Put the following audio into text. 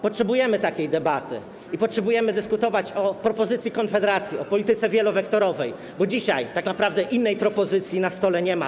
Potrzebujemy takiej debaty i potrzebujemy dyskutować o propozycji Konfederacji, o polityce wielowektorowej, bo dzisiaj tak naprawdę innej propozycji na stole nie ma.